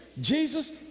Jesus